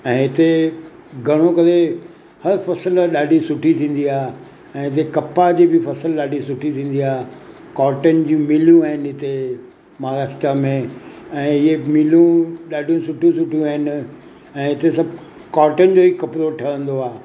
ऐं हिते घणो करे हर फ़सुलु ॾाढी सुठी थींदी आहे ऐं हिते कप्पा जी बि फ़सुलु ॾाढी सुठी थींदी आहे कॉटन जी मीलियूं आहिनि हिते महाराष्ट्रा में ऐं इहे मिलूं ॾाढी सुठियूं सुठियूं आहिनि ऐं हिते सभु कॉटन जो ई कपिड़ो ठहंदो आहे